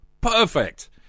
perfect